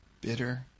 bitter